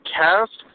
cast